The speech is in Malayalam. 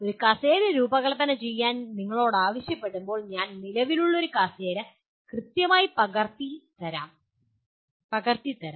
ഒരു കസേര രൂപകൽപ്പന ചെയ്യാൻ നിങ്ങളോട് ആവശ്യപ്പെടുമ്പോൾ ഞാൻ നിലവിലുള്ള ഒരു കസേര കൃത്യമായി അത് പകർത്തി തരാം